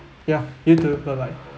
ya you too bye bye